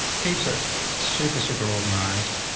keeps it super, super organized.